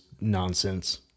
nonsense